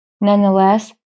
Nonetheless